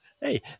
hey